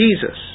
Jesus